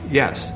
yes